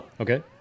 okay